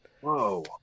Whoa